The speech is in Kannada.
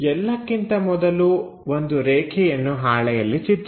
ಎಲ್ಲಕ್ಕಿಂತ ಮೊದಲು ಒಂದು ರೇಖೆಯನ್ನು ಹಾಳೆಯಲ್ಲಿ ಚಿತ್ರಿಸಿ